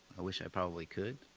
i wish i probably could.